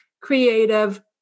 creative